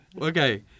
Okay